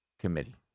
Committee